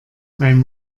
beim